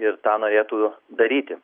ir tą norėtų daryti